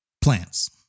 plants